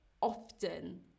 often